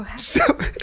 so,